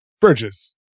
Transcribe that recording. Bridges